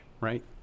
right